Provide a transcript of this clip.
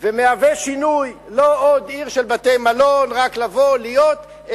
ומהווה שינוי לא עוד עיר של בתי-מלון ורק לבוא ולהיות,